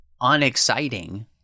unexciting